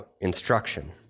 instruction